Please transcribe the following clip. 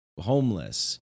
homeless